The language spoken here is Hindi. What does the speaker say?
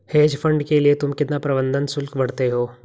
हेज फंड के लिए तुम कितना प्रबंधन शुल्क भरते हो?